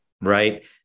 right